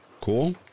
Cool